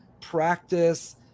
practice